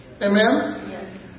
Amen